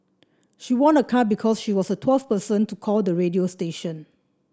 she won a car because she was the twelfth person to call the radio station